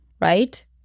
right